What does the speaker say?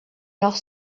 noch